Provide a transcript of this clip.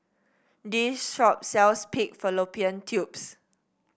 this shop sells Pig Fallopian Tubes